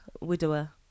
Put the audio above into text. widower